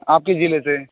आपके जिले से